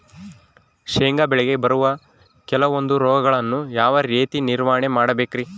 ಶೇಂಗಾ ಬೆಳೆಗೆ ಬರುವ ಕೆಲವೊಂದು ರೋಗಗಳನ್ನು ಯಾವ ರೇತಿ ನಿರ್ವಹಣೆ ಮಾಡಬೇಕ್ರಿ?